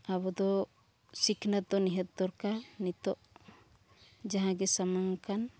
ᱟᱵᱚ ᱫᱚ ᱥᱤᱠᱷᱱᱟᱹᱛ ᱫᱚ ᱱᱤᱦᱟᱹᱛ ᱫᱚᱨᱠᱟᱨ ᱱᱤᱛᱳᱜ ᱡᱟᱦᱟᱸ ᱜᱮ ᱥᱟᱢᱟᱝ ᱟᱠᱟᱱ